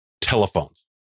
telephones